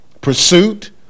pursuit